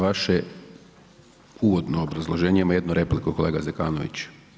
Na vaše uvodno obrazloženje imamo jednu repliku, kolega Zekanović.